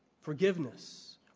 forgiveness